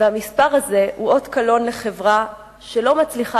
והמספר הזה הוא אות קלון לחברה שלא מצליחה